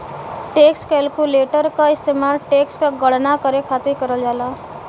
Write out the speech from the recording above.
tax calculator क इस्तेमाल tax क गणना करे खातिर करल जाला